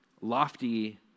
lofty